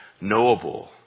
knowable